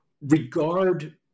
regard